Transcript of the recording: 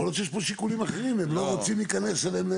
יכול להיות שיש פה שיקולים אחרים והם לא רוצים להיכנס אליהם.